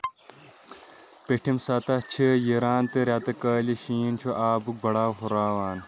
پیٚٹھِم سطح چھِ یِران تہٕ ریتہٕ كٲلہِ شین چھٗ آبٗک باڑاو ہٗرراوان